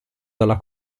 dalla